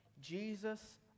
Jesus